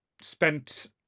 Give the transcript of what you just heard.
spent